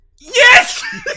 Yes